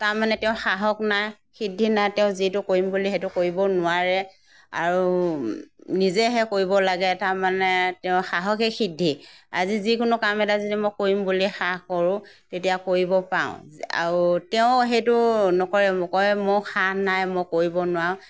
তাৰমানে তেওঁ সাহস নাই সিদ্ধি নাই তেওঁ যিটো কৰিম বোলে সেইটো কৰিব নোৱাৰে আৰু নিজেহে কৰিব লাগে তাৰমানে তেওঁৰ সাহসেই সিদ্ধি আজি যিকোনো কাম এটা যদি মই কৰিম বুলি সাহ কৰোঁ তেতিয়া কৰিব পাৰোঁ আৰু তেওঁ সেইটো নকৰে কয় মোৰ সাহ নাই মই কৰিব নোৱাৰোঁ